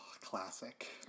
classic